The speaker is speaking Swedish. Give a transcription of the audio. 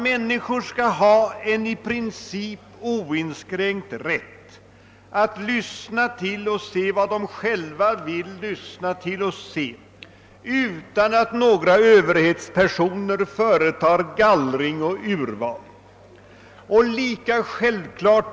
Människor skall ha en i princip oinskränkt rätt att lyssna till och se vad de själva vill lyssna till och se utan att några överhetspersoner företar gallring och urval. Lika självklart.